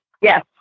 Yes